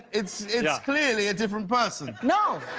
it's it's clearly a different person. no,